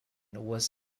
was